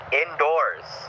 indoors